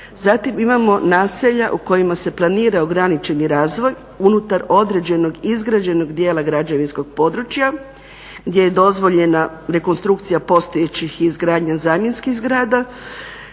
Zatim imamo naselja u kojima se planira ograničeni razvoj unutar određenog, određenog izgrađenog dijela građevinskog područja gdje je dozvoljena rekonstrukcija postojećih i izgradnja zamjenskih zgrada,